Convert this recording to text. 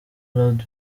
lord